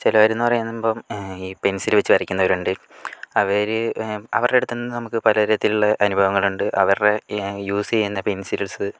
ചിലർ എന്ന് പറയുമ്പം ഈ പെൻസിൽ വെച്ച് വരയ്ക്കുന്നവരുണ്ട് അവർ അവരുടെ അടുത്ത് നിന്ന് നമുക്ക് പല രീതിയിൽ ഉള്ള അനുഭവങ്ങൾ ഉണ്ട് അവരുടെ യൂസ് ചെയ്യുന്ന പെൻസിൽസ്